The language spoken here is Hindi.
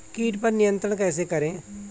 कीट पर नियंत्रण कैसे करें?